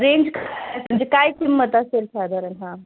range म्हणजे काय किंमत असेल साधारण हा